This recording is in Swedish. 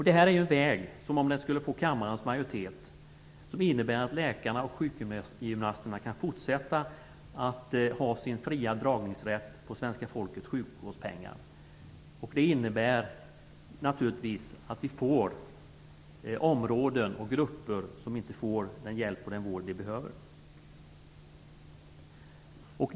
Det är en väg som, om den skulle vinna kammarens majoritet, innebär att läkarna och sjukgymnasterna kan fortsätta att ha sin fria dragningsrätt på svenska folkets sjukvårdspengar. Det innebär naturligtvis att vi får områden och grupper som inte får den hjälp och den vård de behöver.